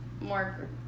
more